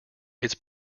its